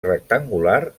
rectangular